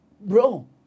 bro